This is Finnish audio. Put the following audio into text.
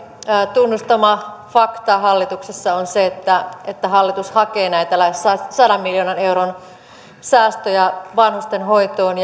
tunnustama fakta on se että että hallitus hakee näitä sadan miljoonan euron säästöjä vanhustenhoitoon